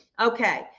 Okay